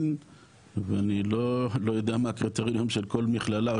ואני לא יודע מה הקריטריון של כל מכללה,